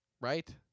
right